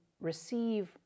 receive